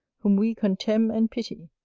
whom we contemn and pity.